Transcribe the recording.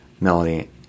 melody